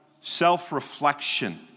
self-reflection